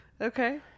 Okay